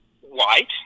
white